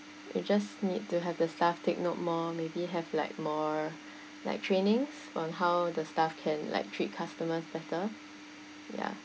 you just need to have the staff take note more maybe have like more like trainings on how the staff can like treat customers better ya